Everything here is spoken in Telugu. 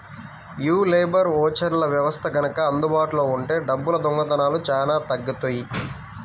యీ లేబర్ ఓచర్ల వ్యవస్థ గనక అందుబాటులో ఉంటే డబ్బుల దొంగతనాలు చానా తగ్గుతియ్యి